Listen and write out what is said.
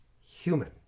human